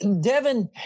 Devin